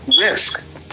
risk